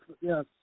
Yes